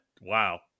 wow